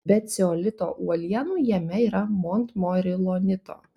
be ceolito uolienų jame yra montmorilonito